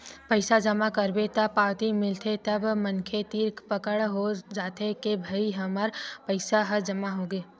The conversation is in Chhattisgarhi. पइसा जमा करबे त पावती मिलथे तब मनखे तीर पकड़ हो जाथे के भई हमर पइसा ह जमा होगे